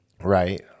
Right